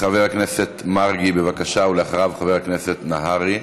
חבר הכנסת מרגי, בבקשה, ואחריו, חבר הכנסת נהרי.